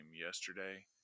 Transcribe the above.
yesterday